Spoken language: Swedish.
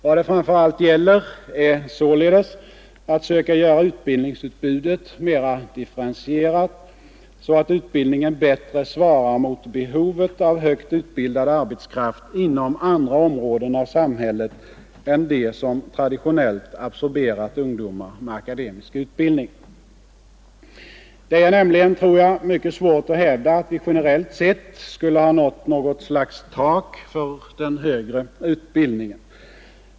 Vad det framför allt gäller är således att försöka göra utbildningsutbudet mera differentierat, så att utbildningen bättre svarar mot behovet av högt utbildad arbetskraft inom andra områden av samhället än de som traditionellt absorberat ungdomar med akademisk utbildning. Jag tror nämligen att det generellt är mycket svårt att hävda att vi skulle ha nått något slags tak för den högre utbildningen.